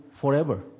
forever